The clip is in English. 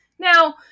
Now